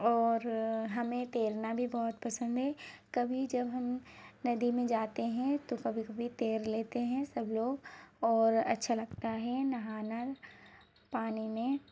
और हमें तैरना भी बहुत पसंद है कभी जब हम नदी में जाते हैं तो कभी कभी तैर लेते हैं सब लोग और अच्छा लगता है नहाना पानी में